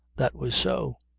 that was so.